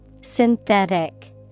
Synthetic